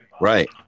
Right